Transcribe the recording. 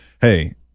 hey